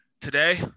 Today